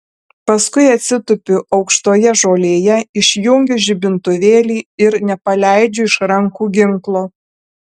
paskui atsitupiu aukštoje žolėje išjungiu žibintuvėlį ir nepaleidžiu iš rankų ginklo